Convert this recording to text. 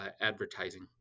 advertising